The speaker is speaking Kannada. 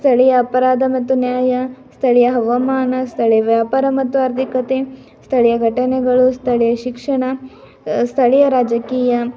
ಸ್ಥಳೀಯ ಅಪರಾಧ ಮತ್ತು ನ್ಯಾಯ ಸ್ಥಳೀಯ ಹವಾಮಾನ ಸ್ಥಳೀಯ ವ್ಯಾಪಾರ ಮತ್ತು ಆರ್ಥಿಕತೆ ಸ್ಥಳೀಯ ಘಟನೆಗಳು ಸ್ಥಳೀಯ ಶಿಕ್ಷಣ ಸ್ಥಳೀಯ ರಾಜಕೀಯ